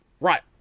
right